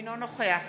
אינו נוכח